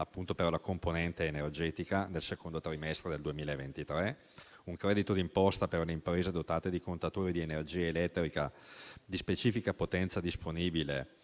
appunto per la componente energetica nel secondo trimestre del 2023; di un credito d'imposta per le imprese dotate di contatore di energia elettrica di specifica potenza disponibile